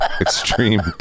extreme